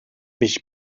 mich